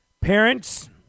Parents